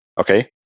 Okay